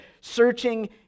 searching